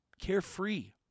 carefree